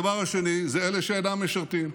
הדבר השני זה אילו שאינם משרתים.